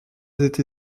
été